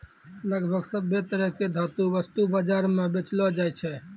लगभग सभ्भे तरह के धातु वस्तु बाजार म बेचलो जाय छै